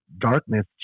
darkness